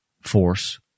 force